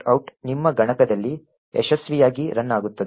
out ನಿಮ್ಮ ಗಣಕದಲ್ಲಿ ಯಶಸ್ವಿಯಾಗಿ ರನ್ ಆಗುತ್ತದೆ